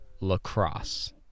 lacrosse